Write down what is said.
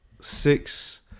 six